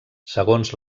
segons